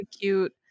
cute